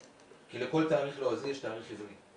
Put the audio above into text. כי לכל תאריך לועזי יש תאריך עברי.